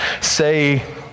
say